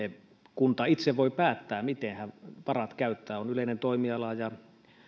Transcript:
kunta itse voi päättää miten se varat käyttää tämä on yleinen toimiala ja